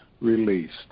released